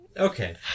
Okay